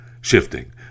Shifting